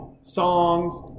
songs